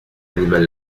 animal